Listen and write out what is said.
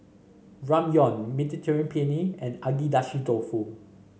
Ramyeon Mediterranean Penne and Agedashi Dofu